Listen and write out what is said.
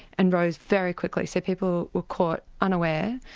and rose very quickly, so people were caught unaware,